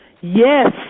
yes